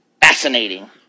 Fascinating